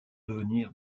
devenir